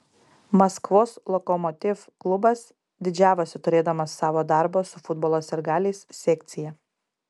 maskvos lokomotiv klubas didžiavosi turėdamas savo darbo su futbolo sirgaliais sekciją